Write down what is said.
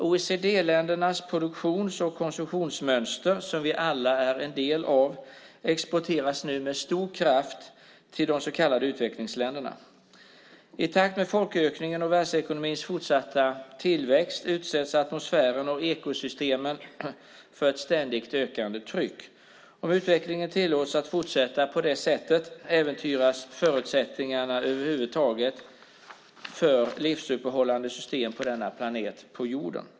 OECD-ländernas produktions och konsumtionsmönster, som vi alla är en del av, exporteras med stor kraft till de så kallade utvecklingsländerna. I takt med folkökningen och världsekonomins fortsatta tillväxt utsätts atmosfären och ekosystemen för ett ständigt ökande tryck. Om utvecklingen tillåts fortsätta på det sättet äventyras förutsättningarna för livsuppehållande system över huvud taget på denna planet.